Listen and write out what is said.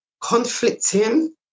conflicting